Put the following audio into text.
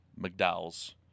McDowells